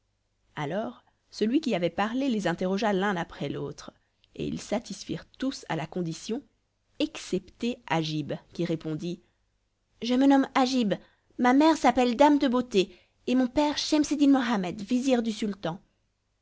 alors celui qui avait parlé les interrogea l'un après l'autre et ils satisfirent tous à la condition excepté agib qui répondit je me nomme agib ma mère s'appelle dame de beauté et mon père schemseddin mohammed vizir du sultan